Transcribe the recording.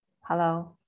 hello